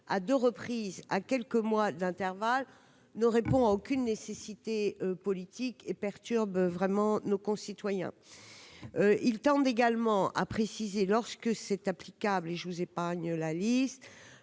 à 2 reprises à quelques mois d'intervalle ne répond à aucune nécessité politique et perturbe vraiment nos concitoyens, ils tendent également à préciser, lorsque c'est applicable et je vous épargne la liste